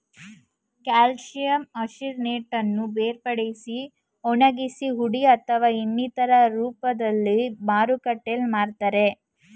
calcium ಆರ್ಸಿನೇಟನ್ನು ಬೇರ್ಪಡಿಸಿ ಒಣಗಿಸಿ ಹುಡಿ ಅಥವಾ ಇನ್ನಿತರ ರೂಪ್ದಲ್ಲಿ ಮಾರುಕಟ್ಟೆಲ್ ಮಾರ್ತರೆ